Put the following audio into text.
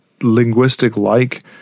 linguistic-like